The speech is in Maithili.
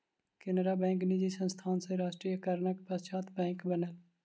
केनरा बैंक निजी संस्थान सॅ राष्ट्रीयकरणक पश्चात बैंक बनल